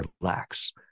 relax